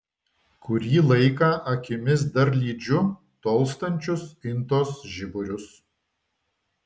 kurį laiką akimis dar lydžiu tolstančius intos žiburius